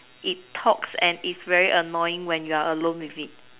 it talks and is very annoying when you are alone with it